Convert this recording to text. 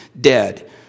dead